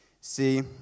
See